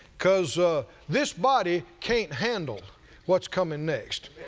because this body can't handle what's coming next